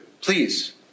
please